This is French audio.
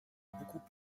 beaucoup